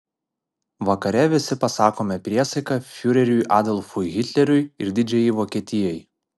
vakare visi pasakome priesaiką fiureriui adolfui hitleriui ir didžiajai vokietijai